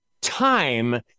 time